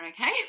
okay